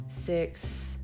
six